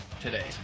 today